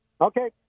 Okay